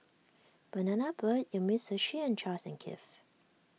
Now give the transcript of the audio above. Banana Boat Umisushi and Charles and Keith